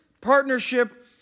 partnership